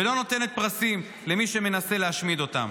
ולא נותנת פרסים למי שמנסה להשמיד אותם.